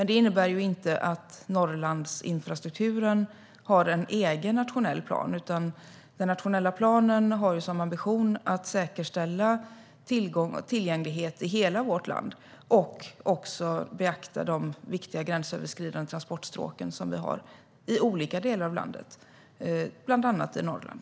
Det innebär inte att Norrlands infrastruktur har en egen nationell plan, utan den nationella planen har som ambition att säkerställa tillgänglighet i hela vårt land och också beakta de viktiga gränsöverskridande transportstråk som vi har i olika delar av landet, bland annat i Norrland.